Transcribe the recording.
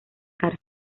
cárcel